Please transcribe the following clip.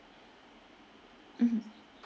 mmhmm